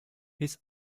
his